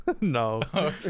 no